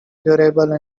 durable